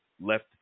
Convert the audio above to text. left